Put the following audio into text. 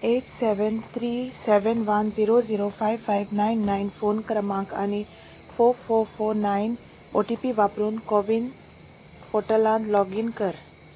eight seven three seven one zero zero five five nine nine phone क्रमांक आनी four four four nine O T P वापरून कोविन पोर्टलांत login कर